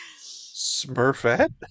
Smurfette